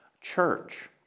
Church